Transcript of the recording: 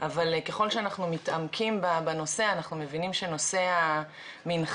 אבל ככל שאנחנו מתעמקים בנושא אנחנו מבינים שנושא המנחתים,